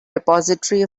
repository